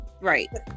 Right